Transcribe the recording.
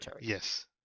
Yes